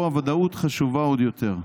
שבהן הוודאות חשובה עוד יותר.